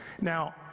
Now